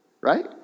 Right